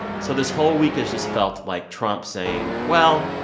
so this whole week has just felt like trump saying, well,